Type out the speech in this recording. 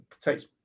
takes